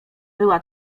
była